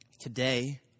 today